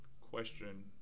question